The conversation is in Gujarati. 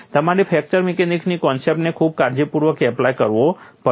તમારે ફ્રેક્ચર મિકેનિકની કન્સેપ્ટ્સને ખૂબ કાળજીપૂર્વક એપ્લાય કરવો પડશે